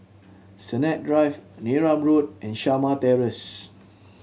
Sennett Drive Neram Road and Shamah Terrace